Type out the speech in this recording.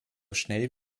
schnell